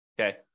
Okay